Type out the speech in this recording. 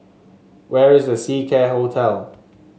where is The Seacare Hotel